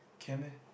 can meh